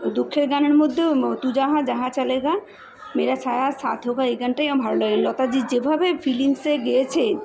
দুঃখের গানের মধ্যেও তু যাহা যাহা চলেগা মেরা সায়া সাথ হোগা এই গানটাই আমার ভালো লাগে লতাজির যেভাবে ফিলিংসে গেয়েছেন